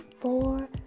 four